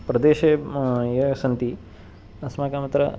प्रदेशे मम ये सन्ति अस्माकमत्र